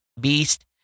beast